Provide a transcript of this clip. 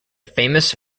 famous